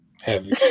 heavy